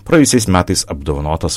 praėjusiais metais apdovanotas